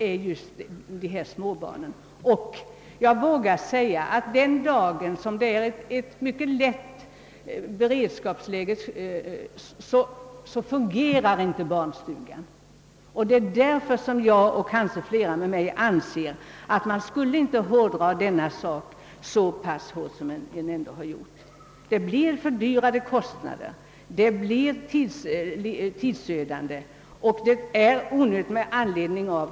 Jag vågar hävda att barnstugorna inte kommer att fungera ens den dag då vi eventuellt får ett mycket lätt beredskapsläge. Det är därför som jag, och kanske flera med mig, anser att man inte borde tolka lagen så restriktivt som civilförsvarsstyrelsen har gjort. Slutsatsen av de omständigheter jag har nämnt blir alltså att kostnaderna och tidsutdräkten vid byggandet av barnstugor ökas.